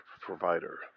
provider